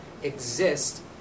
exist